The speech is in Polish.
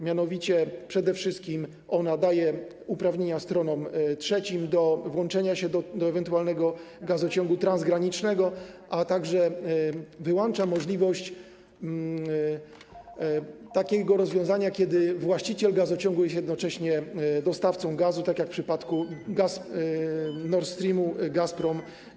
Mianowicie przede wszystkim daje ona uprawnienia stronom trzecim do włączenia się do ewentualnego gazociągu transgranicznego, a także wyłącza możliwość takiego rozwiązania, że właściciel gazociągu jest jednocześnie dostawcą gazu, tak jak Gazprom w przypadku Nord Streamu.